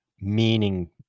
meaning